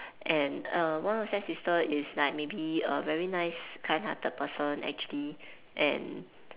and err one of her stepsister is like maybe a very nice kind hearted person actually and